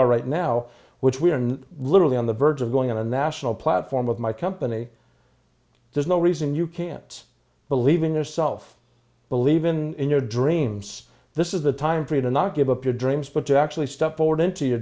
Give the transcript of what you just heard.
are right now which we are literally on the verge of going on a national platform of my company there's no reason you can't believe in yourself believe in your dreams this is the time for you to not give up your dreams but to actually step forward into your